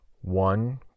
One